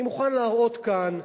אני מוכן להראות כאן,